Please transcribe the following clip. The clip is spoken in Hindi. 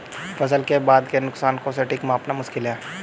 फसल के बाद के नुकसान को सटीक मापना मुश्किल है